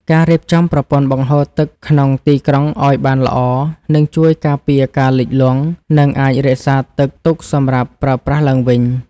ការរៀបចំប្រព័ន្ធបង្ហូរទឹកក្នុងទីក្រុងឱ្យបានល្អនឹងជួយការពារការលិចលង់ និងអាចរក្សាទឹកទុកសម្រាប់ប្រើប្រាស់ឡើងវិញ។